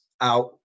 out